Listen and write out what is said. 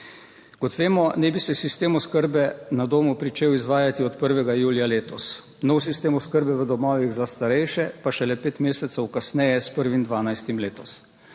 Kot vemo, naj bi se sistem oskrbe na domu pričel izvajati od 1. julija letos, nov sistem oskrbe v domovih za starejše pa šele pet mesecev kasneje, s 1. 12. letos.